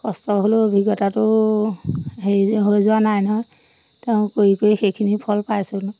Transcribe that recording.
কষ্ট হ'লেও অভিজ্ঞতাটো হেৰি হৈ যোৱা নাই নহয় তেওঁ কৰি কৰি সেইখিনি ফল পাইছোঁ